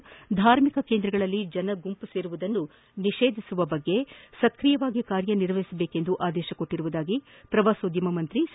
ಮತ್ತು ಧಾರ್ಮಿಕ ಕೇಂದ್ರಗಳಲ್ಲಿ ಜನ ಸೇರುವುದನ್ನು ನಿಷೇಧಿಸುವ ಬಗ್ಗೆ ಸಕ್ರಿಯವಾಗಿ ಕಾರ್ಯನಿರ್ವಹಿಸುವಂತೆ ಆದೇಶಿಸಿರುವುದಾಗಿ ಪ್ರವಾಸೋದ್ಯಮ ಸಚಿವ ಸಿ